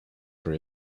for